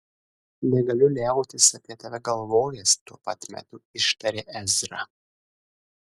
negaliu liautis apie tave galvojęs tuo pat metu ištarė ezra